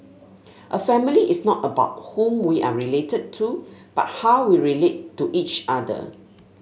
a family is not about whom we are related to but how we relate to each other